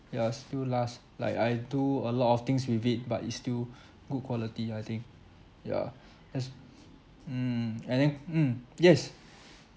ya still last like I do a lot of things with it but it's still good quality ah I think yeah that's mm and then mm yes